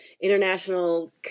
International